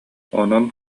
онон